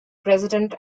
president